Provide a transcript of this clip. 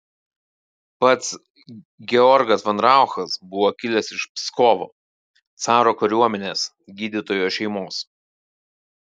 pats georgas von rauchas buvo kilęs iš pskovo caro kariuomenės gydytojo šeimos